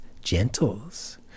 gentles